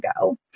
go